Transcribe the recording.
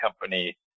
company